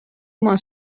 oma